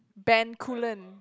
Bencoolen